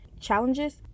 challenges